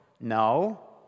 No